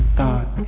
thought